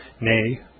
nay